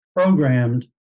programmed